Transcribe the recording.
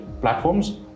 platforms